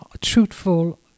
truthful